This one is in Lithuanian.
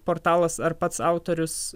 portalas ar pats autorius